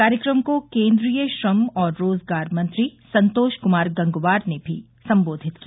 कार्यक्रम को केन्द्रीय श्रम और रोजगार मंत्री संतोष गंगवार ने भी संबोधित किया